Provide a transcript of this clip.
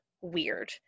weird